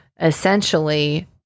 essentially